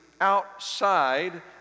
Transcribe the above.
outside